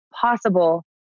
possible